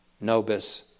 nobis